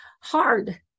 hard